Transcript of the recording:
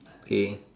k